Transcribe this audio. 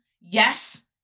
Yes